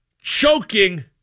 choking